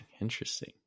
Interesting